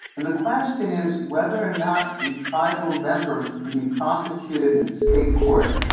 and the question is whether or not a tribal member can be prosecuted in state court.